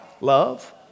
Love